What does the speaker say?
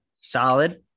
Solid